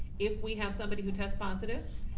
if we have somebody who tests positive,